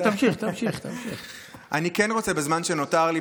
בזמן שנותר לי,